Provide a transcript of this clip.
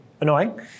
annoying